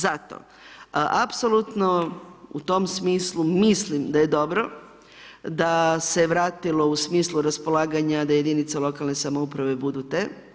Zato apsolutno u tom smislu mislim da je dobro da se vratilo u smislu raspolaganja da jedinice lokalne samouprave budu te.